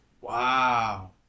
Wow